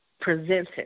presented